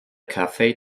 cafe